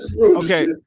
Okay